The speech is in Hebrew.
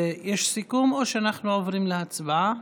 יש סיכום או שאנחנו עוברים להצבעה?